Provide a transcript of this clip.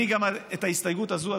גם את ההסתייגות הזאת,